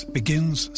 begins